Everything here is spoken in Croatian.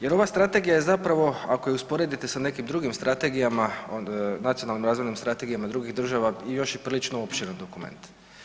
Jer ova strategija je zapravo ako je usporedite sa nekim drugim strategijama, nacionalnim razvojnim strategijama drugih država još i prilično opširan dokument.